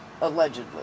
allegedly